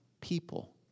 people